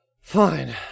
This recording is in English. Fine